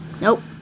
Nope